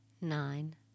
nine